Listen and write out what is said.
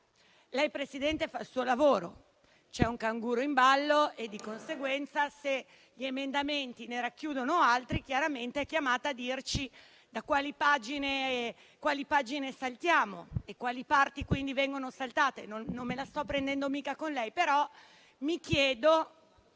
Presidente, fa il suo lavoro: c'è un canguro in ballo e di conseguenza, se gli emendamenti ne racchiudono altri, è chiamata a dirci quali pagine saltiamo e quindi quali parti vengono saltate. Non me la sto prendendo con lei, però mi chiedo,